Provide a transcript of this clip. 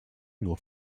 nur